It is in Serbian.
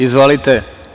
Izvolite.